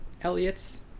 Elliot's